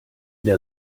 der